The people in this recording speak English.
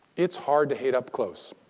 it's hard to hate up close.